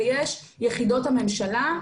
ויש יחידות הממשלה.